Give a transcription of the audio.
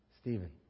Stephen